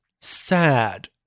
sad